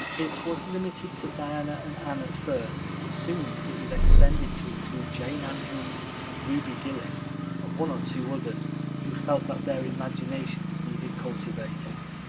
it was limited to diana and anne at first, but soon it was extended to include jane andrews and ruby gillis and one or two others who felt that their imaginations needed cultivating.